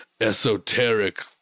Esoteric